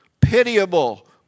pitiable